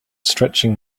stretching